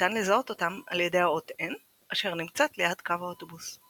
ניתן לזהות אותם על ידי האות N אשר נמצאת ליד קו האוטובוס.